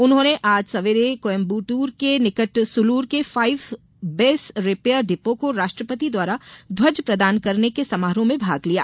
उन्होंने आज सवेरे कोयम्बंटूर के निकट सुलूर के फाइव बेस रिपेयर डिपो को राष्ट्रपति द्वारा ध्वज प्रदान करने के समारोह में भाग लिया